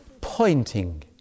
pointing